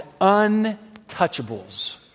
untouchables